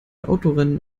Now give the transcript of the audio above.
autorennen